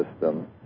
system